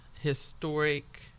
historic